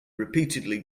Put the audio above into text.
repeatedly